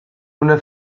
una